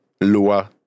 lower